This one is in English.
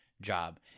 job